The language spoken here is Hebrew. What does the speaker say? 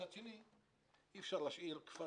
מצד שני, אי-אפשר להשאיר כפר